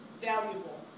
valuable